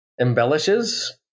embellishes